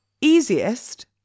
easiest